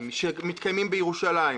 שמתקיימים בירושלים?